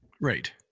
Right